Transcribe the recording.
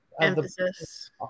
emphasis